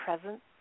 present